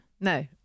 No